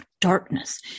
darkness